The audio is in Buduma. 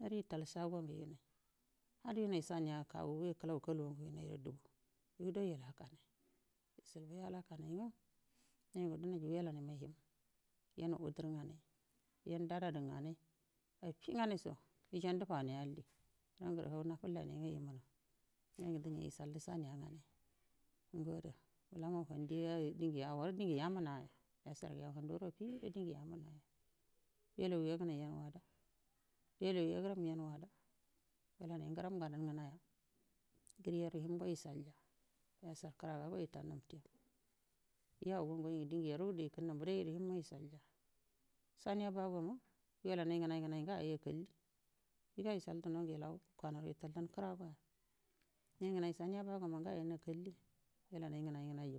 Yori yital shogon gen adim sana kawuga kalugen dan ge wellan gede gan wudi ngaden yen dadadi ngadan aftingaico yeni faan alli yo hau nifullai dau yikalli sanja gan ngo ada wo dinje yaminno ndugulo yellau yegenai yo yello yegeram men ngram ngensi den yide yical aka gudu nafti yau gede yenu gede kinnu bure saniya bogomin yallannui ngenai ngenai, yijai yikal dinongun a yukalnai koragede, yegenai chidabowon sanabowomu yikalli ngenai ngenai